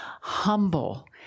humble